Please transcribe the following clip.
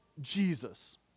Jesus